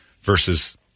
versus